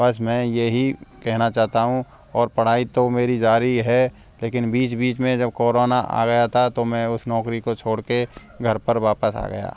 बस मैं यही कहना चाहता हूँ और पढ़ाई तो मेरी जारी है लेकिन बीच बीच में जब कोरोना आ गया था तो मैं उस नौकरी को छोड़ कर घर पर वापस आ गया